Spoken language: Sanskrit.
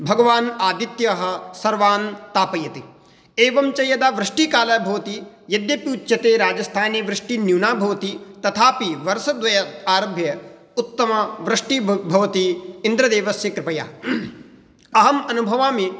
भगवान् आदित्यः सर्वान् तापयति एवं च यदा वृष्टिकालः भवति यद्यपि उच्यते राजस्थाने वृष्टिः न्यूना भवति तथापि वर्षद्वयम् आरभ्य उत्तमा वृष्टिः भौ भवति इन्द्रदेवस्य कृपया अहम् अनुभवामि